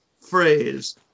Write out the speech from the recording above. phrase